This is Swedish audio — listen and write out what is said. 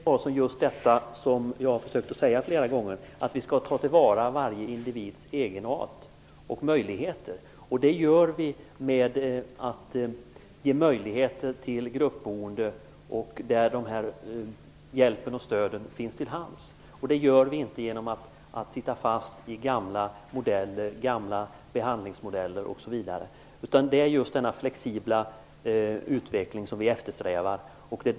Fru talman! Jag har flera gånger försökt säga precis detta, Leif Carlson. Vi skall ta till vara varje individs egenart och möjligheter. Det gör vi genom att ge möjlighet till gruppboende, där hjälp och stöd finns till hands. Det kan vi däremot inte göra om vi sitter fast i gamla behandlingsmodeller m.m. Det är just den här flexibla utvecklingen som vi eftersträvar.